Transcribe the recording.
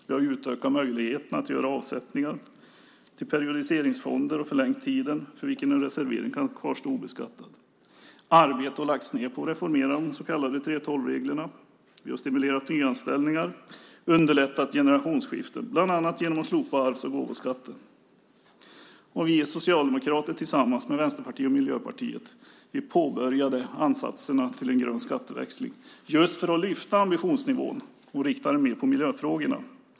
Vi har utökat möjligheterna att göra avsättningar till periodiseringsfonder och förlängt tiden för vilken en reservering kan kvarstå obeskattad. Arbete har lagts ned på att reformera de så kallade 3:12-reglerna, vi har stimulerat nyanställningar och underlättat generationsskifte, bland annat genom att slopa arvs och gåvoskatten. Vi socialdemokrater påbörjade tillsammans med Vänsterpartiet och Miljöpartiet ansatserna till en grön skatteväxling för att lyfta ambitionsnivån och rikta den mer mot miljöfrågorna.